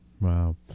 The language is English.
wow